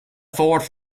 fourth